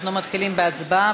אנחנו מתחילים בהצבעה.